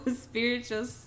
spiritual